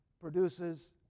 produces